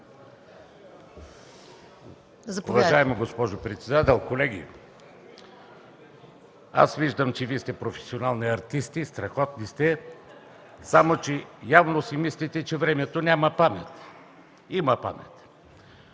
Уважаема госпожо председател, колеги! Виждам, че Вие сте професионални артисти, страхотни сте! Явно обаче си мислите, че времето няма памет. Има памет!